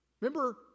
Remember